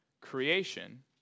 creation